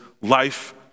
life